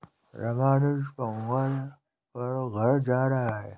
रामानुज पोंगल पर घर जा रहा है